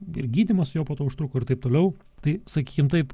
ir gydymas jo po to užtruko ir taip toliau tai sakykim taip